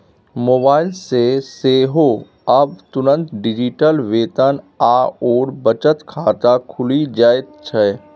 mobile सँ सेहो आब तुरंत डिजिटल वेतन आओर बचत खाता खुलि जाइत छै